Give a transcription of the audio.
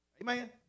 Amen